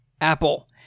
Apple